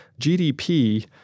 GDP